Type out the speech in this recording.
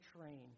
train